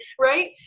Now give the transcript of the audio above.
Right